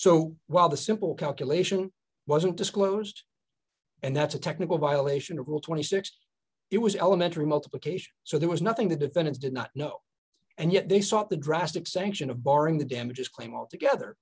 so while the simple calculation wasn't disclosed and that's a technical violation of rule twenty six dollars it was elementary multiplication so there was nothing the defense did not know and yet they sought the drastic sanction of barring the damages claim altogether